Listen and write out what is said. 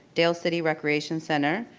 dale city recreation center,